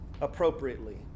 appropriately